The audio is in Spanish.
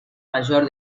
mayor